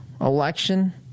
election